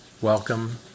Welcome